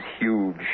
huge